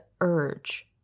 urge